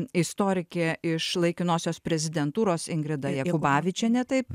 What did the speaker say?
istorikė iš laikinosios prezidentūros ingrida jakubavičienė taip